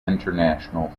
international